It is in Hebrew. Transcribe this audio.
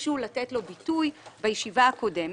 ביקשו לתת לו ביטוי בישיבה הקודמת.